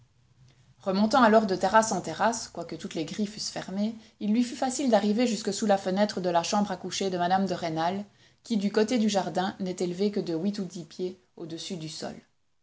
remontant alors de terrasse en terrasse quoique toutes les grilles fussent fermées il lui fut facile d'arriver jusque sous la fenêtre de la chambre à coucher de mme de rênal qui du côté du jardin n'est élevée que de huit ou dix pieds au-dessus du sol